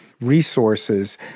resources